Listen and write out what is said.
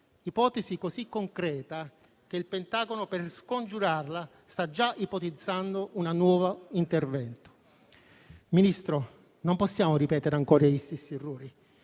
un'ipotesi così concreta che il Pentagono per scongiurarla sta già ipotizzando un nuovo intervento. Signor Ministro, non possiamo ripetere ancora gli stessi errori.